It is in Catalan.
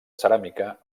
ceràmica